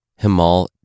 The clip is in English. Himal